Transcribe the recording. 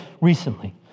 recently